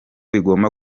bigomba